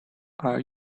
are